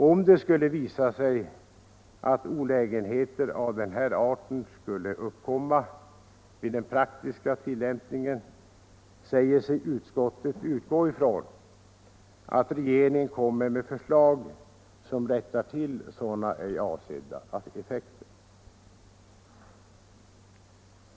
Om det skulle visa sig att olägenheter av den här arten skulle uppkomma vid den praktiska tillämpningen säger sig utskottet utgå från att regeringen kommer med förslag som rättar till sådana ej avsedda effekter.